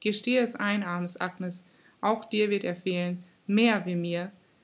gesteh es ein arme agnes auch dir wird er fehlen mehr wie mir